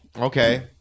Okay